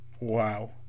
Wow